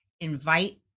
invite